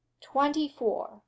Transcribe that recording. twenty-four